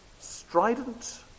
strident